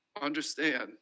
understand